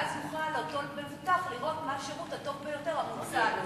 ואז יוכל אותו מבוטח לראות מהו השירות הטוב ביותר המוצע.